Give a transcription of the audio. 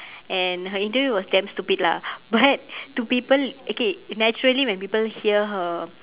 and her interview was damn stupid lah but to people okay naturally when people hear her